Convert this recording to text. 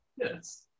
Yes